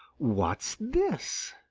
what's this?